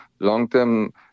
long-term